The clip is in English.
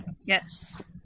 yes